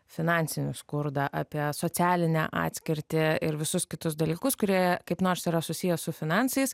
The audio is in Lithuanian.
finansinį skurdą apie socialinę atskirtį ir visus kitus dalykus kurie kaip nors yra susiję su finansais